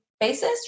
basis